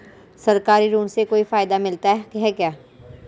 सरकारी ऋण से कोई फायदा मिलता है क्या?